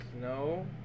no